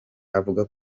avuga